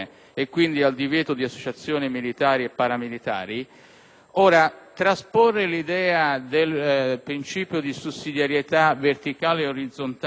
trasporre l'idea del principio di sussidiarietà verticale e orizzontale in questa materia risulta improponibile.